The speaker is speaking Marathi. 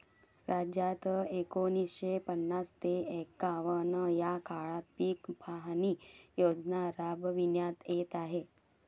राज्यात एकोणीसशे पन्नास ते एकवन्न या काळात पीक पाहणी योजना राबविण्यात येत आहे